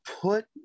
put